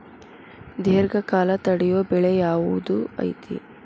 ದೇರ್ಘಕಾಲ ತಡಿಯೋ ಬೆಳೆ ಯಾವ್ದು ಐತಿ?